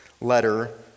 letter